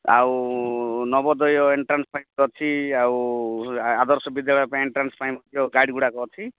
ଆଉ ନବୋଦୟ ଏଣ୍ଟ୍ରାନ୍ସ ଅଛି ଆଉ ଆଦର୍ଶ ବିଦ୍ୟାଳୟ ପାଇଁ ଏଣ୍ଟ୍ରାନ୍ସ ପାଇଁ ମଧ୍ୟ ଗାଇଡ଼୍ ଗୁଡ଼ାକ ଅଛି